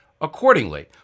accordingly